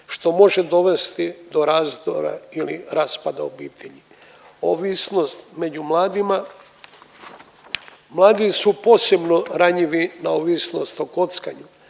što može dovesti do razdora ili raspada obitelji. Ovisnost među mladima. Mladi su posebno ranjivi na ovisnost o kockanju